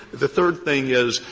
the third thing is,